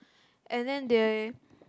and then they